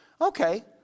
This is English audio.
Okay